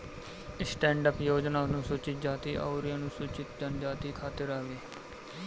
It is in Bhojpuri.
स्टैंडअप योजना अनुसूचित जाती अउरी अनुसूचित जनजाति खातिर हवे